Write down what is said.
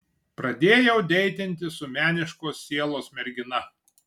pradėjau deitinti su meniškos sielos mergina